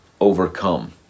overcome